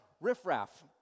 Riffraff